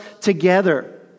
together